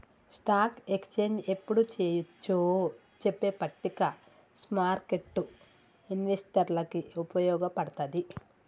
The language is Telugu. స్టాక్ ఎక్స్చేంజ్ యెప్పుడు చెయ్యొచ్చో చెప్పే పట్టిక స్మార్కెట్టు ఇన్వెస్టర్లకి వుపయోగపడతది